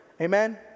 Amen